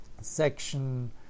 section